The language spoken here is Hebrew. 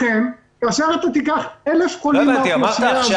לכן כאשר תיקח 1,000 חולים מן האוכלוסייה הזאת